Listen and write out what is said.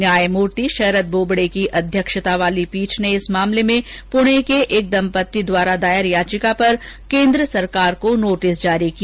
न्यायमूर्ति शरद बोबड़े की अध्यक्षता वाली पीठ ने इस मामले में पूणे के एक दम्पति द्वारा दायर याचिका पर केन्द्र सरकार को नोटिस जारी किया